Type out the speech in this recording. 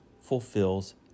fulfills